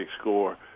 score